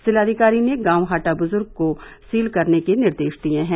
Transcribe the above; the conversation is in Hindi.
जिलाधिकारी ने गांव हाटा बुजुर्ग को सील करने के निर्देश दिए हैं